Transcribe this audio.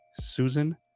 Susan